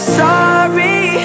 sorry